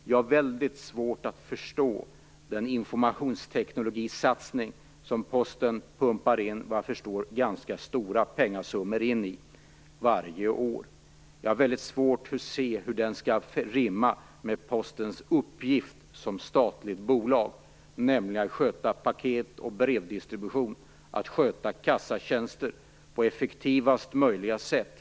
Jag har väldigt svårt att förstå den informationstekniksatsning som Posten pumpar in ganska stora summor pengar i varje år. Jag kan inte se hur denna skall rimma med Postens uppgift att som statligt bolag sköta paket och brevdistribution och kassatjänster på effektivast möjliga sätt.